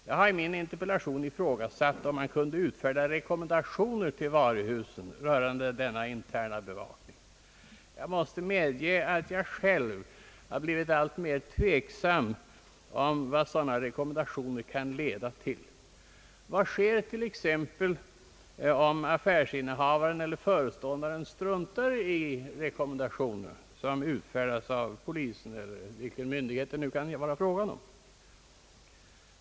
Jag har i min interpellation ifrågasatt om man kunde utfärda rekommendationer till varuhusen rörande deras interna bevakning. Men jag måste medge att jag själv har blivit alltmer tveksam om vad sådana rekommendationer kan leda till. Vad sker till exempel om affärsinnehavaren eller föreståndaren struntar i rekommendationer som utfärdats av polisen eller vilken myndighet det nu kan vara frågan om?